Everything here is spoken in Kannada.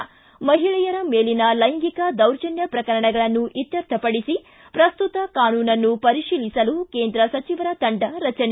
ಿ ಮಹಿಳೆಯರ ಮೇಲಿನ ಲೈಂಗಿಕ ದೌರ್ಜನ್ಯ ಪ್ರಕರಣಗಳನ್ನು ಇತ್ತರ್ಥಪಡಿಸಿ ಪ್ರಸ್ತುತ ಕಾನೂನನ್ನು ಪರಿಶೀಲಿಸಲು ಕೇಂದ್ರ ಸಚಿವರ ತಂಡ ರಚನೆ